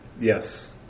yes